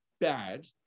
bad